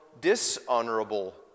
dishonorable